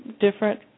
different